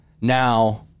now